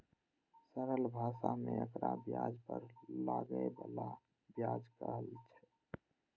सरल भाषा मे एकरा ब्याज पर लागै बला ब्याज कहल छै